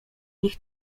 nich